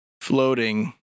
floating